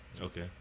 Okay